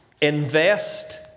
Invest